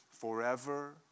forever